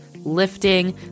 Lifting